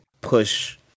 push